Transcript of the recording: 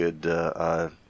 good